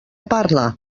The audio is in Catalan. parla